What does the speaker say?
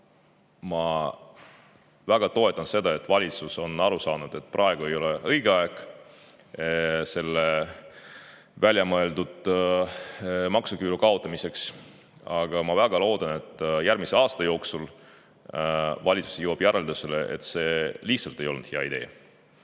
ma väga toetan seda, et valitsus on aru saanud, et praegu ei ole õige aeg selle väljamõeldud maksuküüru kaotamiseks. Aga ma väga loodan, et järgmise aasta jooksul valitsus jõuab järeldusele, et see lihtsalt ei olegi hea idee.